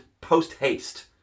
post-haste